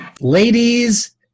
Ladies